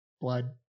blood